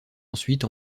ensuite